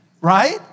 Right